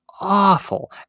awful